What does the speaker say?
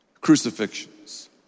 crucifixions